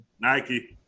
Nike